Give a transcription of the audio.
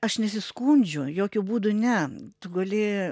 aš nesiskundžiu jokiu būdu ne tu gali